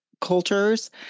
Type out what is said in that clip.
cultures